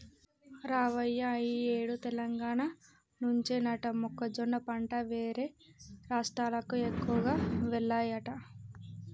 రావయ్య ఈ ఏడు తెలంగాణ నుంచేనట మొక్కజొన్న పంట వేరే రాష్ట్రాలకు ఎక్కువగా వెల్లాయట